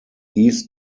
east